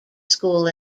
school